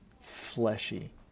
fleshy